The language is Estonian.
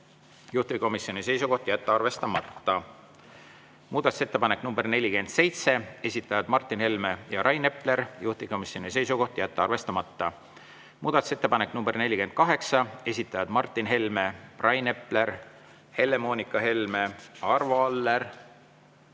juhtivkomisjoni seisukoht on jätta arvestamata. Muudatusettepanek nr 47, esitajad Martin Helme ja Rain Epler, juhtivkomisjoni seisukoht on jätta arvestamata. Muudatusettepanek nr 48, esitajad Martin Helme, Rain Epler, Helle-Moonika Helme ja Arvo Aller,